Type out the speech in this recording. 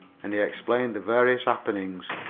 and he explained the various happenings.